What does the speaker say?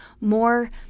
more